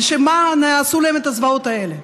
על שום מה נעשו להם הזוועות האלה?